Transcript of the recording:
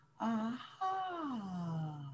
aha